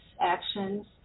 actions